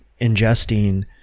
ingesting